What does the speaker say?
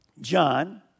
John